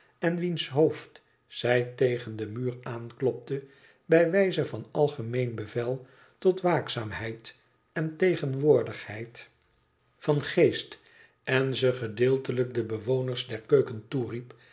en wiens hoofd zij tegen den muur aanklopte bij wijze van algemeen bevel tot waakzaamheid en tegenwoordigheid van geest en ze gedeeltelijk de bewoners der keuken toeriep